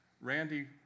Randy